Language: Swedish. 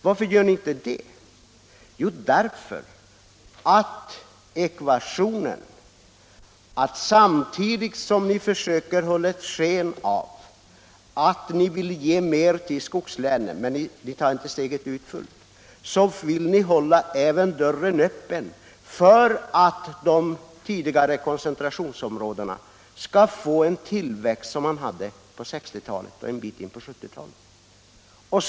Varför vill ni inte det? Jo, därför att samtidigt som ni försöker bevara ett sken av att vilja ge mer till skogslänen — fast utan att ta steget fullt ut — vill ni hålla dörren öppen även för de tidigare koncentrationsområdena, så att de skall få samma tillväxt som under 1960-talet och en bit in på 1970-talet.